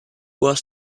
was